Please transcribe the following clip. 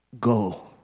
go